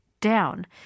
down